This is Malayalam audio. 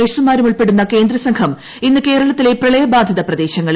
നഴ്സുമാരും ഉൾപ്പെടുന്ന കേന്ദ്ര സംഘം ഇന്ന് കേരളത്തിലെ പ്രളയബാധിത പ്രദേശങ്ങളിൽ